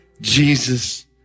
Jesus